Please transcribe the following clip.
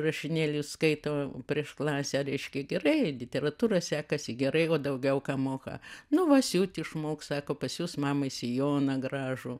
rašinėlius skaito prieš klasę reiškia gerai literatūra sekasi gerai o daugiau ką moka nu va siūt išmoks sako pasius mamai sijoną gražų